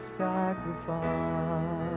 sacrifice